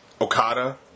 Okada